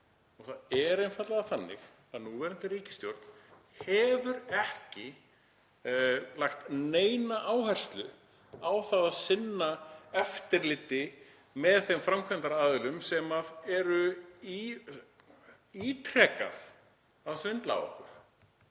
Það er einfaldlega þannig að núverandi ríkisstjórn hefur ekki lagt neina áherslu á það að sinna eftirliti með þeim framkvæmdaraðilum sem eru ítrekað að svindla á okkur.